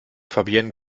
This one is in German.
fabienne